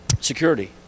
security